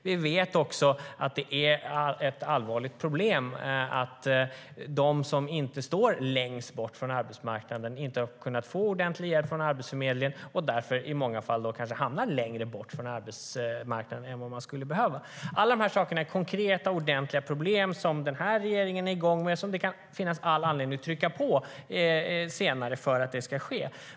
Vi vet också att det är ett allvarligt problem att de som inte står längst bort från arbetsmarknaden inte har fått ordentlig hjälp från Arbetsförmedlingen och därför i många fall hamnar längre bort från arbetsmarknaden än vad de skulle behöva. Alla dessa saker är konkreta, ordentliga problem som den här regeringen är igång med och som det kan finnas all anledning att trycka på senare för att det ska ske.